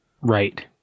Right